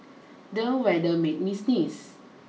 the weather made me sneeze